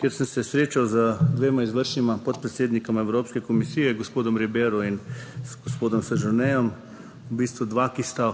kjer sem se srečal z dvema izvršnima podpredsednikoma Evropske komisije, gospo Ribera in z gospodom Séjourném. V bistvu dva, ki sta